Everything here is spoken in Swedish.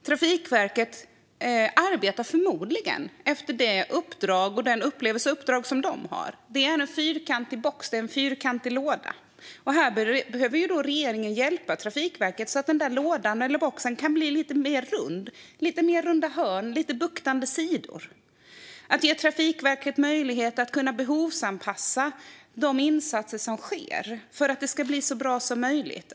Trafikverket arbetar förmodligen utifrån det uppdrag de upplever att de har. Det är en fyrkantig box - en fyrkantig låda. Regeringen behöver hjälpa Trafikverket så att lådan eller boxen kan bli lite rundare. Den kanske kan få lite rundare hörn och buktande sidor. Det handlar om att ge Trafikverket möjlighet att behovsanpassa de insatser som sker för att det ska bli så bra som möjligt.